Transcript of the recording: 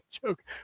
joke